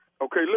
Okay